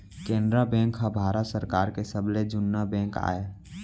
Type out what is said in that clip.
Canara bank ह भारत सरकार के सबले जुन्ना बेंक आय